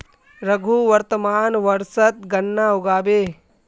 रघु वर्तमान वर्षत गन्ना उगाबे